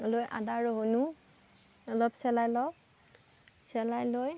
লৈ আদা ৰহুনো অলপ ছেলাই লওঁ ছেলাই লৈ